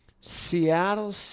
Seattle